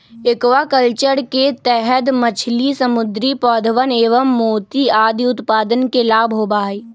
aquaculture के तहद मछली, समुद्री पौधवन एवं मोती आदि उत्पादन के लाभ होबा हई